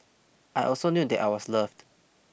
I also knew that I was loved